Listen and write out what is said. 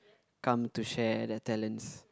come to share their talents